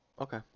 okay